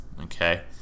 Okay